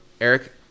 Eric –